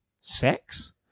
sex